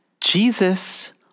Jesus